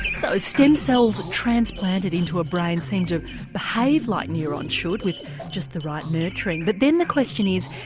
and so stem cells transplanted into a brain seem to behave like neurons should with just the right nurturing, but then the question is,